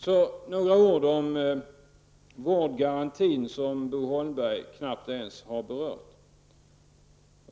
Så några ord om vårdgarantin, som Bo Holmberg knappt ens har berört.